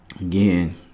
again